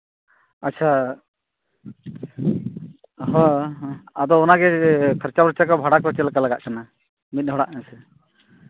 ᱟᱪᱪᱷᱟ ᱦᱳᱭ ᱦᱮᱸ ᱟᱫᱚ ᱚᱱᱟᱜᱮ ᱠᱚᱨᱪᱟ ᱵᱷᱚᱨᱪᱟ ᱵᱷᱟᱲᱟ ᱠᱚ ᱪᱮᱫ ᱞᱮᱠᱟ ᱞᱟᱜᱟᱜ ᱠᱟᱱᱟ ᱢᱤᱫ ᱦᱚᱲᱟᱜ ᱦᱮᱸ ᱥᱮ